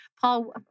Paul